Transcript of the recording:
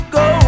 go